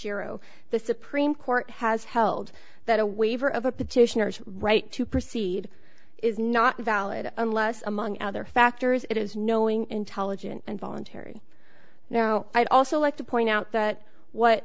euro the supreme court has held that a waiver of a petitioners right to proceed is not valid unless among other factors it is knowing intelligent and voluntary now i'd also like to point out that what